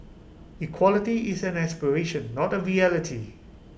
equality is an aspiration not A reality